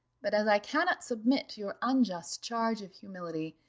but as i cannot submit to your unjust charge of humility,